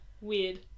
Weird